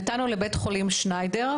נתנו לבית החולים שניידר,